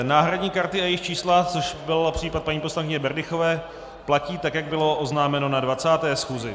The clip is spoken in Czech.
Náhradní karty a jejich čísla, což byl případ paní poslankyně Berdychové, platí tak, jak bylo oznámeno na 20. schůzi.